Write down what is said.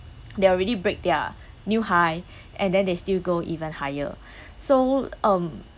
they already break their new high and then they still go even higher so um